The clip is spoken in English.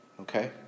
okay